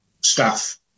staff